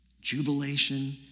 jubilation